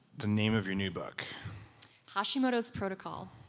the name of your new book hashimoto's protocol